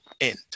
end